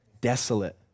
Desolate